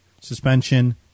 suspension